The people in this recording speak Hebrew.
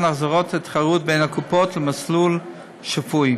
החזרת התחרות בין הקופות למסלול שפוי.